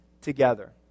together